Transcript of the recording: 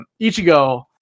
Ichigo